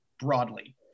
broadly